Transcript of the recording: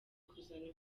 kuzana